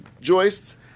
joists